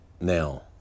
Now